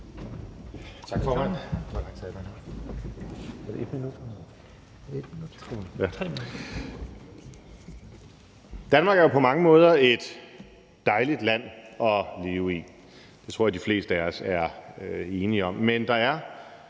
Tak for det.